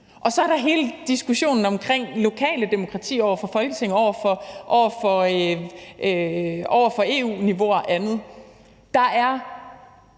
Og så er der hele diskussionen om lokale demokratier over for Folketinget over for EU og andet. Der er